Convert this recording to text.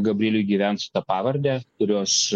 gabrieliui gyvent su ta pavarde kurios